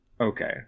okay